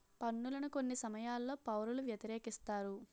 పన్నులను కొన్ని సమయాల్లో పౌరులు వ్యతిరేకిస్తారు